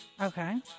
Okay